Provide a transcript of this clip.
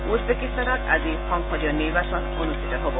উজবেকিস্তানত আজি সংসদীয় নিৰ্বাচন অনুষ্ঠিত হ'ব